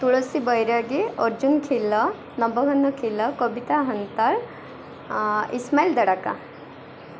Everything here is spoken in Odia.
ତୁଳସୀ ବୈରାଗୀ ଅର୍ଜୁନ ଖିଲ ନବଘନ ଖିଲ କବିତା ହନ୍ତାଳ ଇସମାଇଲ ଦଡ଼କା